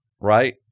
right